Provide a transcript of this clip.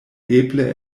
eble